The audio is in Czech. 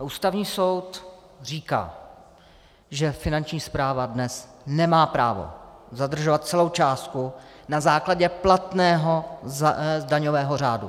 Ústavní soud říká, že Finanční správa dnes nemá právo zadržovat celou částku na základě platného daňového řádu.